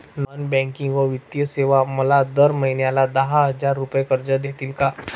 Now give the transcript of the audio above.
Non banking व वित्तीय सेवा मला दर महिन्याला दहा हजार रुपये कर्ज देतील का?